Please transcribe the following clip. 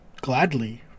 gladly